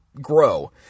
grow